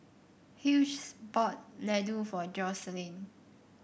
Hughes bought Ladoo for Joselin